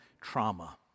trauma